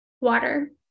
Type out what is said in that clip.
water